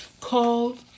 called